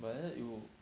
but like that you